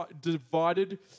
divided